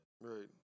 Right